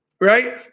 Right